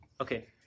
Okay